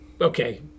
okay